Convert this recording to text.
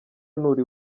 nturi